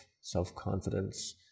self-confidence